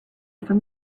from